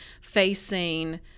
facing